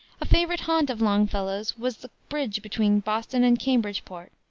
a favorite haunt of longfellow's was the bridge between boston and cambridgeport,